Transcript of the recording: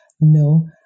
no